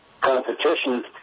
competition